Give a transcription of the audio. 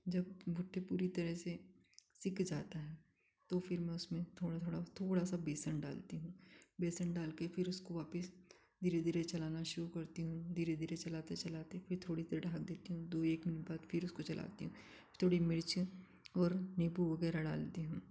पूरी तरह से सीक जाता है तो फ़िर मैं उसमें थोड़ा थोड़ा थोड़ा सा बेसन डालती हूँ बेसन के फ़िर उसको वापिस धीरे धीरे चलाना शुरु करती हूँ धीरे धीरे चलाते चलाते फ़िर थोड़ी देर ढक देती हूँ दो एक मिनट बाद फ़िर उसको चलाती हूँ थोड़ी मिर्च और नींबू वगैरह डालती हूँ